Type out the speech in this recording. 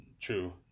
true